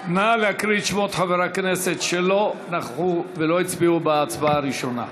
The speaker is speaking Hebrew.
נא להקריא את שמות חברי הכנסת שלא נכחו ולא הצביעו בהצבעה הראשונה.